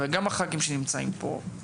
וגם חברי הכנסת שנמצאים פה,